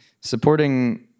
supporting